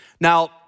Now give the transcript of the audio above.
Now